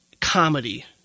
comedy